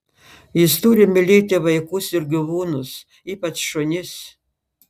jis turi mylėti vaikus ir gyvūnus ypač šunis